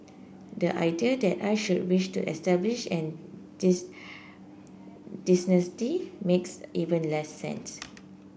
the idea that I should wish to establish a makes even less sense